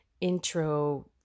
intro